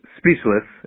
speechless